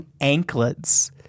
anklets